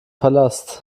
palast